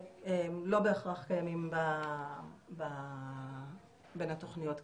והם לא בהכרח קיימים בין התוכניות כרגע.